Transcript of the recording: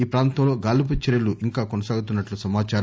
ఈ ప్రాంతంలో గాలింపు చర్యలు ఇంకా కొనసాగుతున్నట్లు సమాచారం